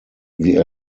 wir